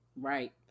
Right